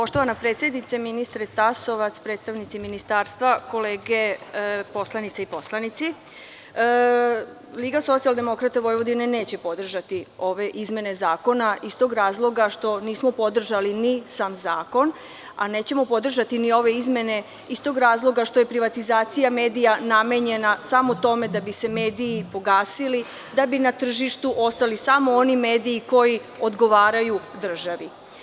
Poštovana predsednice, ministre Tasovac, predstavnici Ministarstva, kolege poslanice i poslanici, LSV neće podržati ove izmene zakona iz tog razloga što nismo podržali ni sam zakon, a nećemo podržati ni ove izmene iz tog razloga što je privatizacija medija namenjena samo tome da bi se mediji pogasili, da bi na tržištu ostali samo oni mediji koji odgovaraju državi.